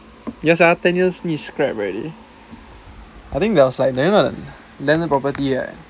ya sia ten years need to scrap already I think there was like landed landed property right